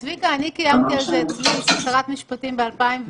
צביקה, קיימתי על זה דיונים כשרת משפטים ב-2018,